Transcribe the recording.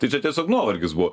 tai čia tiesiog nuovargis buvo